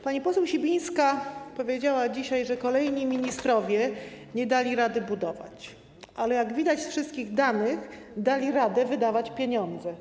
Pani poseł Sibińska powiedziała dzisiaj, że kolejni ministrowie nie dali rady budować, ale jak widać z wszystkich danych, dali radę wydawać pieniądze.